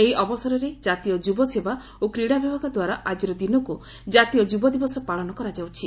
ଏହି ଅବସରରେ କାତୀୟ ଯୁବସେବା ଓ କ୍ରୀଡ଼ା ବିଭାଗ ଦ୍ୱାରା ଆଜିର ଦିନକୁ ଜାତୀୟ ଯୁବ ଦିବସ ପାଳନ କରାଯାଉଛି